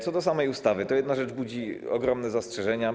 Co do samej ustawy, to jedna rzecz budzi ogromne zastrzeżenia.